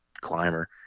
climber